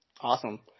Awesome